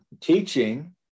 teaching